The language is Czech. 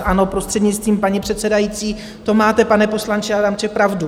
Ano, prostřednictvím paní předsedající, to máte, pane poslanče Adamče, pravdu.